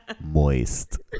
Moist